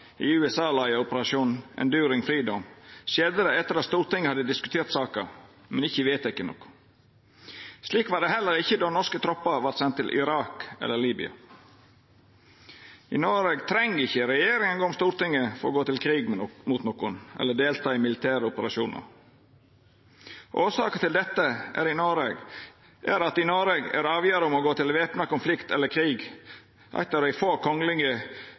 i den USA-leidde operasjonen Enduring Freedom, skjedde det etter at Stortinget hadde diskutert saka, men ikkje vedteke noko. Slik var det heller ikkje då norske troppar vart sende til Irak eller Libya. I Noreg treng ikkje ei regjering gå om Stortinget for å gå til krig mot nokon eller delta i militære operasjonar. Årsaka til dette er at i Noreg er avgjerda om å gå til væpna konflikt eller krig eitt av dei få